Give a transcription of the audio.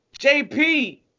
JP